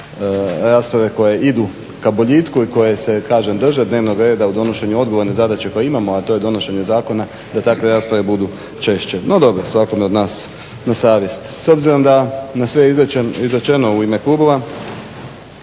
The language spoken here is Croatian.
rasprave koje idu ka boljitku i koje se drže dnevnog reda u donošenju odgovorne zadaće koje imamo, a to je donošenje zakona, da takve rasprave budu češće. No, dobro svakome od nas na savjest. S obzirom da na sve izrečeno u ime klubova,